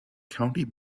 county